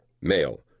Male